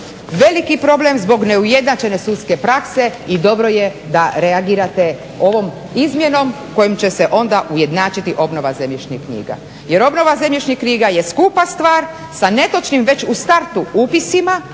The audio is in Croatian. veliki problem zbog neujednačene sudske prakse i dobro je da reagirate ovom izmjenom kojom će se onda ujednačiti obnova zemljišnih knjiga. Jer obnova zemljišnih knjiga je skupa stvar sa netočnim već u startu upisima